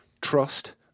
trust